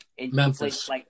Memphis